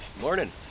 morning